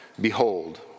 behold